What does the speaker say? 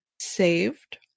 Saved